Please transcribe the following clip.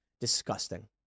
disgusting